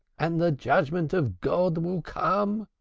and the judgment of god will come.